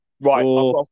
Right